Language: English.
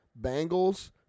Bengals